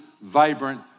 vibrant